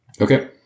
Okay